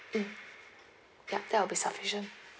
mm yup that will be sufficient